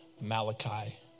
Malachi